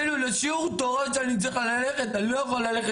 אפילו לשיעור תורה שאני צריך ללכת אני לא יכול ללכת.